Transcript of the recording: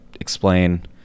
explain